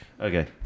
okay